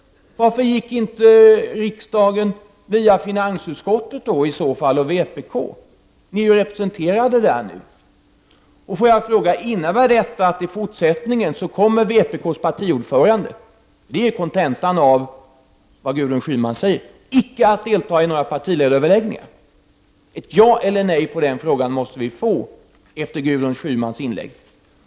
Varför gick inte regeringen via finansutskottet och vpk? Ni är ju representerade där nu. Innebär detta att vpk:s partiordförande i fortsättningen icke kommer att delta i några partiledaröverläggningar? Det är kontentan av vad Gudrun Schyman säger. Ett ja eller nej på den frågan måste vi få efter Gudrun Schymans inlägg.